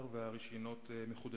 ראינו תופעות דומות.